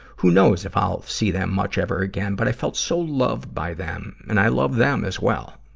who knows if i'll see them much ever again, but i felt so loved by them, and i love them as well.